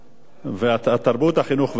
התרבות והספורט.